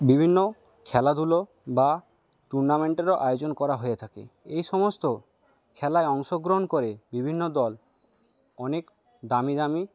বিভিন্ন খেলাধুলো বা টুর্নামেন্টেরও আয়োজন করা হয়ে থাকে এইসমস্ত খেলায় অংশগ্রহণ করে বিভিন্ন দল অনেক দামি দামি